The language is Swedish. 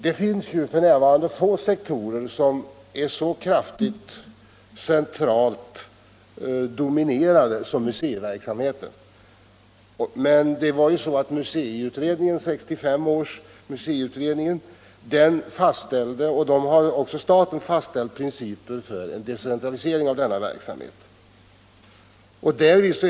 Det finns f. n. få sektorer som är så kraftigt centralt dominerade som museiverksamheten, men 1965 års museiutredning drog upp principer för decentralisering av den, som staten sedan har fastställt.